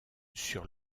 sur